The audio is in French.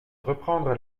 reprendre